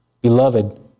Beloved